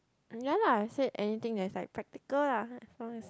ya lah I said anything that is like practical lah as long as